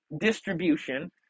distribution